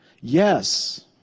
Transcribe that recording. Yes